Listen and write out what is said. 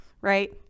right